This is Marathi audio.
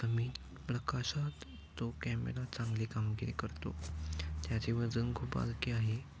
कमी प्रकाशात तो कॅमेरा चांगले कामगिरी करतो त्याचे वजन खूप हलके आहे